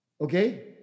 Okay